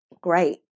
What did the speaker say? great